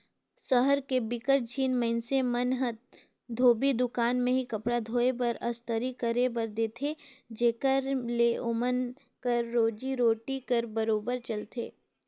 सहर के बिकट झिन मइनसे मन ह धोबी दुकान में ही कपड़ा धोए बर, अस्तरी करे बर देथे जेखर ले ओमन कर रोजी रोटी हर बरोबेर चलथे